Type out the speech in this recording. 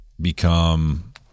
become